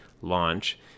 launch